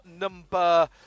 number